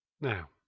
Now